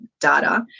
data